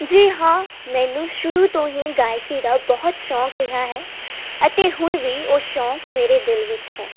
ਜੀ ਹਾਂ ਮੈਨੂੰ ਸ਼ੁਰੂ ਤੋਂ ਹੀ ਗਾਇਕੀ ਦਾ ਬਹੁਤ ਸ਼ੌਂਕ ਰਿਹਾ ਹੈ ਅਤੇ ਹੁਣ ਵੀ ਉਹ ਸ਼ੌਂਕ ਮੇਰੇ ਦਿਲ ਵਿੱਚ ਹੈ